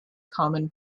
common